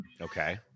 Okay